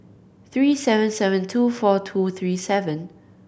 three seven seven two four two three seven